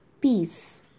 peace